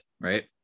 right